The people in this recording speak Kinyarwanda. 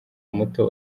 muto